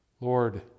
Lord